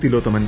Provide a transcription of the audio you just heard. Thilothaman